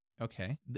Okay